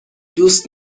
دوست